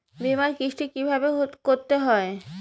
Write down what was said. বিমার কিস্তি কিভাবে করতে হয়?